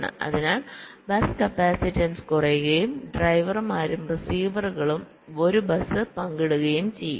അതിനാൽ bus capacitance കുറയുകയും ഡ്രൈവർമാരും റിസീവറുകളും 1 ബസ് പങ്കിടുകയും ചെയ്യും